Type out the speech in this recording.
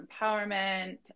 empowerment